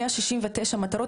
169 מטרות,